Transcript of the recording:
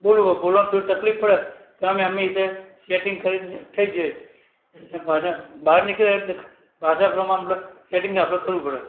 બોલવું બોલવામાં થોડીક તકલીફ પડે પણ અમે એ રીતે સેટિંગ કરીન થઈ જઈએ અને પાછા બાર નીકળે એટલે ભાષા ક્રમમા મતલબ સેટિંગ આપણે કરવું પડે